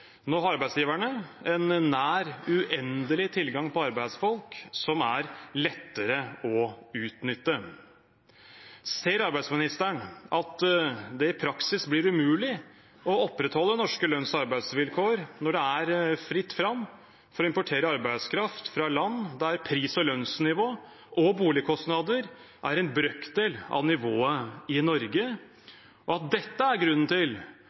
Nå har arbeidsgiverne en nær uendelig tilgang på arbeidsfolk som er lettere å utnytte. Ser arbeidsministeren at det i praksis blir umulig å opprettholde norske lønns- og arbeidsvilkår når det er fritt fram å importere arbeidskraft fra land der pris- og lønnsnivå og boligkostnader er en brøkdel av nivået i Norge, og at dette er grunnen til